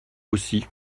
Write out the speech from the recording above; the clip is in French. aussi